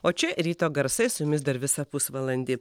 o čia ryto garsai su jumis dar visą pusvalandį